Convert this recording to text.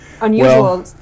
unusual